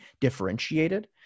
differentiated